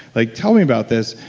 like tell me about this?